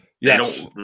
Yes